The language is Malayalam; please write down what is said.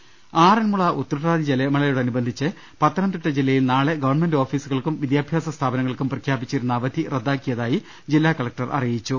ദർവ്വട്ടങ ആറന്മുള ഉതൃട്ടാതി ജലമേളയോടനുബന്ധിച്ച് പത്തനംതിട്ട ജില്ലയിൽ നാളെ ഗവൺമെന്റ് ഓഫീസുകൾക്കും വിദ്യാഭ്യാസ സ്ഥാപനങ്ങൾക്കും പ്രഖ്യാപിച്ചിരുന്ന അവധി റദ്ദാക്കിയതായി ജില്ലാ കലക്ടർ അറിയിച്ചു